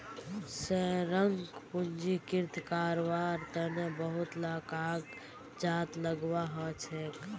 शेयरक पंजीकृत कारवार तन बहुत ला कागजात लगव्वा ह छेक